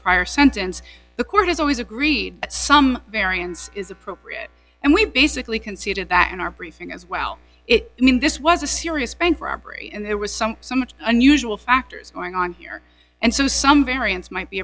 prior sentence the court has always agreed that some variance is appropriate and we basically conceded that in our briefing as well i mean this was a serious bank robbery there was some somewhat unusual factors going on here and so some variance might be